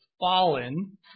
fallen